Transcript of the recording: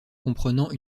comprenant